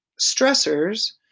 stressors